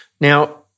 Now